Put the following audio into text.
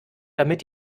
damit